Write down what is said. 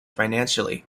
financially